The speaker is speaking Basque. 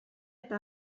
eta